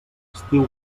estiu